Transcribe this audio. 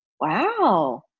wow